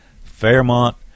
fairmont